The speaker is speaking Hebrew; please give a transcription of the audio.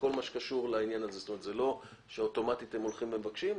זה לא שאוטומטית הם הולכים ומבקשים.